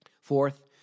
Fourth